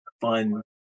fun